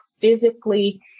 physically